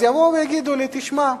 אז יבואו ויגידו לי: תשמע,